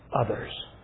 others